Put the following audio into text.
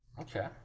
Okay